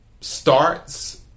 starts